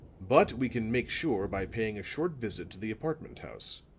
but we can make sure by paying a short visit to the apartment house.